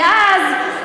כי אז,